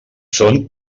són